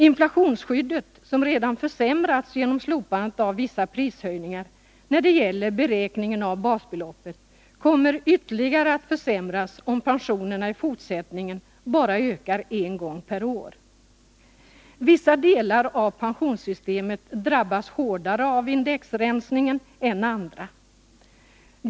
Inflationsskyddet — som redan försämrats genom slopandet av vissa prishöjningar när det gäller beräkningen av basbeloppet - kommer ytterligare att försämras om pensionerna i fortsättningen bara ökar en gång per år. Vissa delar av pensionssystemet drabbas hårdare av indexrensningen än andra.